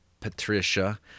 Patricia